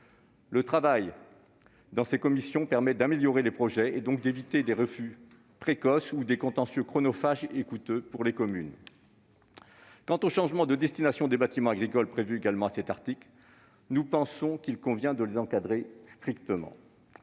Le travail au sein de ces commissions permet d'améliorer les projets et donc d'éviter des refus précoces ou des contentieux chronophages et coûteux pour les communes. Quant aux changements de destination des bâtiments agricoles prévus également à cet article, ils doivent être encadrés strictement.